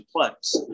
complex